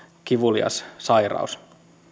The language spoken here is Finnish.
kivulias sairaus